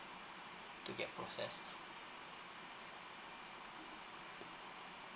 to get processed